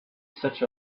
such